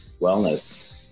wellness